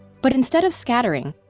but instead of scattering,